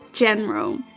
general